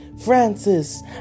Francis